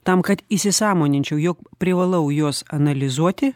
tam kad įsisąmoninčiau jog privalau juos analizuoti